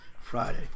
Friday